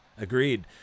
Agreed